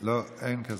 לא, אין כזה.